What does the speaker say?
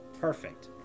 Perfect